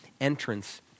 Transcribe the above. entrance